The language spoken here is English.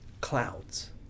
clouds